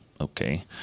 okay